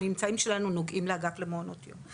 האמצעים שלנו נוגעים לאגף למעונות יום.